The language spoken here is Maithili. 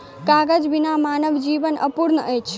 कागज बिना मानव जीवन अपूर्ण अछि